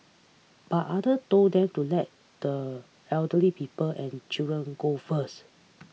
but other told them to let the elderly people and children go first